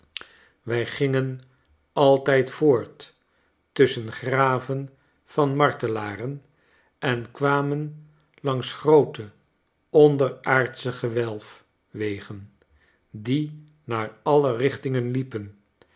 wij gingen altijd voort tusschen graven van martelaren en kwamen langs groote onderaardsche gewelfwegen die naar alle richtingen liepen